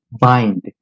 bind